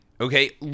okay